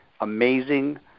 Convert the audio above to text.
amazing